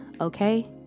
okay